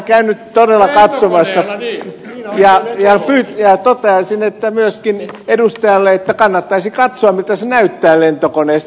olen todella käynyt katsomassa ja toteaisin myöskin edustajalle että kannattaisi katsoa miltä se näyttää lentokoneesta